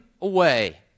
away